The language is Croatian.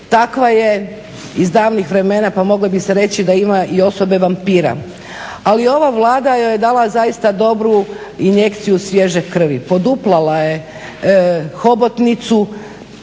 Takva je iz davnih vremena, pa moglo bi se reći da ima i osobe vampira. Ali ova Vlada joj je dala zaista dobru injekciju svježe krvi, poduplala je hobotnicu